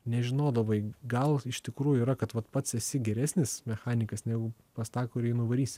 nežinodavai gal iš tikrųjų yra kad vat pats esi geresnis mechanikas negu pas tą kurį nuvarysi